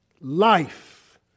life